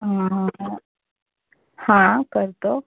अं हं हां करतो